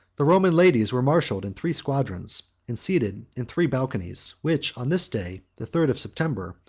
the roman ladies were marshalled in three squadrons, and seated in three balconies, which, on this day, the third of september,